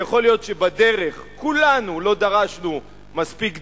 ויכול להיות שבדרך כולנו לא דרשנו מספיק דרישות,